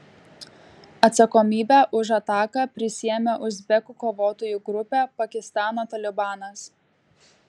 atsakomybę už ataką prisiėmė uzbekų kovotojų grupė pakistano talibanas